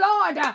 Lord